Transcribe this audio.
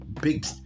big